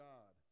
God